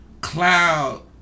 cloud